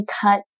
cut